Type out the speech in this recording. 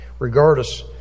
Regardless